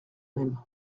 même